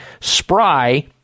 SPRY